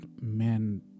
men